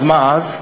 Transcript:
אז מה אז?